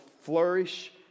flourish